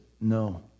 no